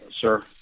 sir